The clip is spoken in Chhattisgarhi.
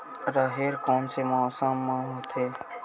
राहेर कोन से मौसम म होथे?